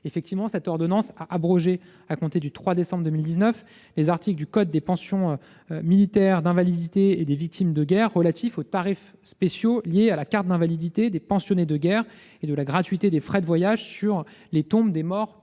effectivement abrogé, à compter du 3 décembre 2019, les articles du code des pensions militaires d'invalidité et des victimes de guerre relatifs aux tarifs spéciaux liés à la carte d'invalidité des pensionnés de guerre et à la gratuité des frais de voyage sur les tombes des morts pour la